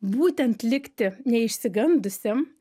būtent likti neišsigandusiam